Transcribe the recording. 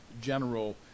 general